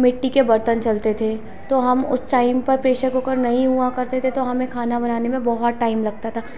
मिट्टी के बर्तन चलते थे तो हम उस टाइम पर प्रेशर कुकर नहीं हुआ करते थे तो हमें खाना बनाने में बहुत टाइम लगता था